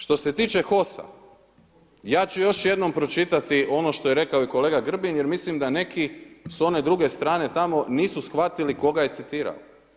Što se tiče HOS-a, ja ću još jednom pročitati ono što je rekao i kolega Grbin, jer mislim da neki s one druge strane tamo nisu shvatili koga je citirao.